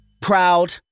Proud